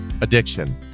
Addiction